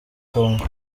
congo